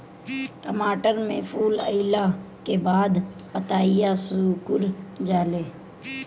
टमाटर में फूल अईला के बाद पतईया सुकुर जाले?